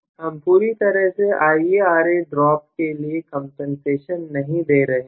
हम पूरी तरह से IaRa ड्रॉप के लिए कंपनसेशन नहीं दे रहे हैं